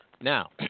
Now